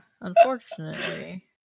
unfortunately